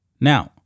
now